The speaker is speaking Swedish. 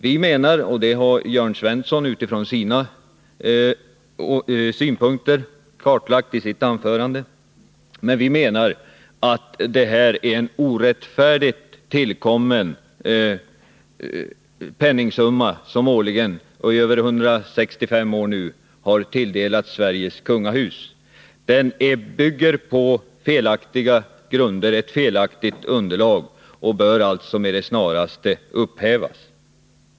Vi menar — och det har Jörn Svensson utifrån sina utgångspunkter kartlagt i sitt anförande — att detta är en orättfärdigt åtkommen penningsumma, som årligen i över 165 år nu har tilldelats Sveriges kungahus. Detta bygger på felaktiga grunder, ett felaktigt underlag, och avtalet bör alltså med det snaraste upphävas.